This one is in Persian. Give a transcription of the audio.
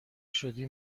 شدی